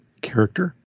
character